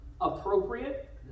Appropriate